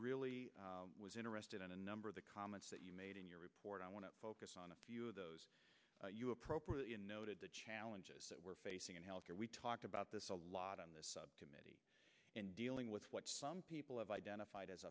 really was interested in a number of the comments that you made in your report i want to focus on a few of those you appropriately and noted the challenges that we're facing in health care we talked about this a lot on this subcommittee in dealing with what some people have identified as